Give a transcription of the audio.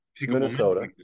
Minnesota